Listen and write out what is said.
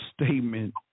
statement